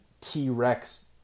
t-rex